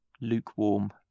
lukewarm